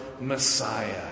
Messiah